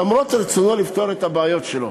למרות רצונו לפתור את הבעיות שלו.